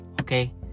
Okay